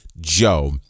Joe